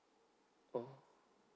oh